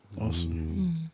Awesome